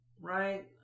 Right